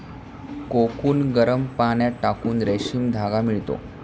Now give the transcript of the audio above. cocoon गरम पाण्यात टाकून रेशीम धागा मिळतो